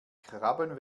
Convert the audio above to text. krabben